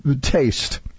taste